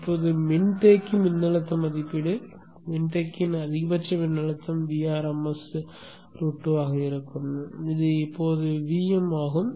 இப்போது மின்தேக்கி மின்னழுத்த மதிப்பீடு மின்தேக்கியின் அதிகபட்ச மின்னழுத்தம் V rms √2 ஆக இருக்கும் இது இப்போது Vm ஆகும்